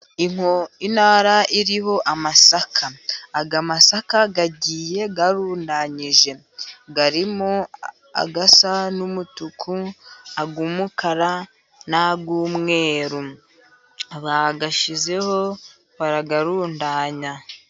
Intara iriho amasaka, aya masaka agiye arundanyije, harimo asa n'umutuku, ay'umukara, n'ay'umweru. Bayashyizeho barayarundanya.